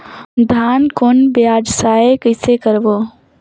धान कौन व्यवसाय कइसे करबो?